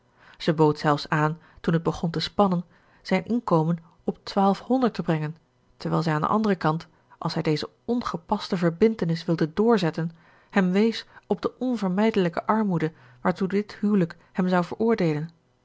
ze bood zelfs aan toen het begon te spannen zijn inkomen op twaalfhonderd te brengen terwijl zij aan den anderen kant als hij deze ongepaste verbintenis wilde doorzetten hem wees op de onvermijdelijke armoede waartoe dit huwelijk hem zou veroordeelen